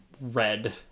red